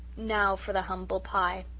now for the humble pie.